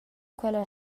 quella